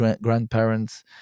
grandparents